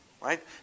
right